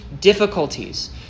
difficulties